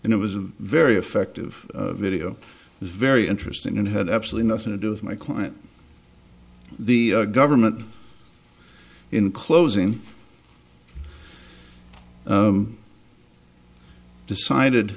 and it was a very effective video very interesting and had absolutely nothing to do with my client the government in closing decided